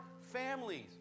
families